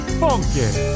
funky